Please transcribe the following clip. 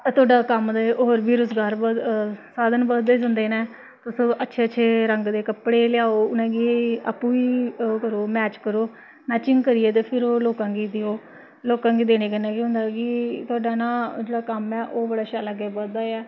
तोआडा कम्म ते होर बी रोज़गार बध साधन बधदे जंदे न तुस अच्छे अच्छे रंग दे कपड़े लेआओ उ'नेंगी आपूं बी करो मैच करो मैचिंग करियै ते फिर ओह् लोकां गी देओ लोकां गी देने कन्नै केह् होंदा ऐ कि तोआडा ना जेह्ड़ा कम्म ऐ ओह् बड़ा शैल अग्गें बधदा ऐ